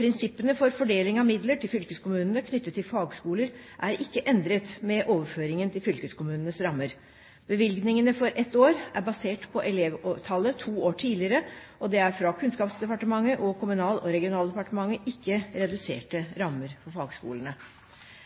Prinsippene for fordeling av midler til fylkeskommunene knyttet til fagskoler er ikke endret med overføringen til fylkeskommunenes rammer. Bevilgningene for ett år er basert på elevtallet to år tidligere, og det er fra Kunnskapsdepartementet og Kommunal- og regionaldepartementet ikke reduserte rammer for fagskolene.